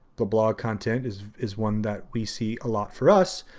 the blog content is is one that we see a lot for us.